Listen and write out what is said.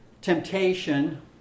temptation